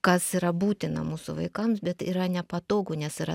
kas yra būtina mūsų vaikams bet yra nepatogu nes yra